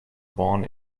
born